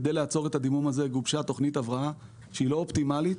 כדי לעצור את הדימום הזה גובשה תוכנית הבראה שהיא לא אופטימלית